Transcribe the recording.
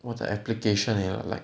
all the application you know like